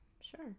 Sure